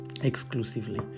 exclusively